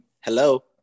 hello